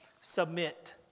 submit